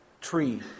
tree